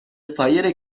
سایر